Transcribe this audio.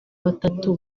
batatu